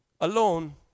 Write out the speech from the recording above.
alone